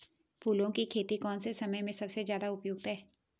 फूलों की खेती कौन से समय में सबसे ज़्यादा उपयुक्त है?